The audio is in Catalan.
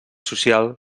social